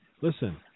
listen